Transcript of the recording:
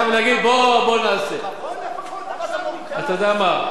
אתה יודע מה?